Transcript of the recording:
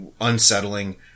unsettling